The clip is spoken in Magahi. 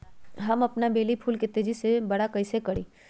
हम अपन बेली फुल के तेज़ी से बरा कईसे करी?